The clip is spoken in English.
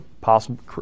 possible